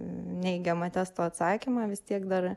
neigiamą testo atsakymą vis tiek dar